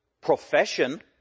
profession